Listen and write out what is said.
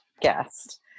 guest